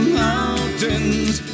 mountains